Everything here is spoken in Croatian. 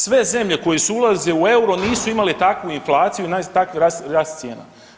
Sve zemlje koje su ulazile u euro, nisu imale takvu inflaciju i takav rast cijena.